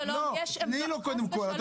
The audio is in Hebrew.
תני לו קודם כל,